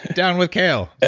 down with kale